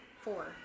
Four